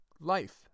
life